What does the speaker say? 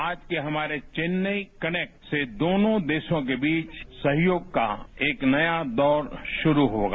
आज के हमारे चेन्नई कनेक्ट से दोनों देशों के बीच सहयोग का एक नया दौर शुरू होगा